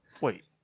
Wait